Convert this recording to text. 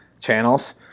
channels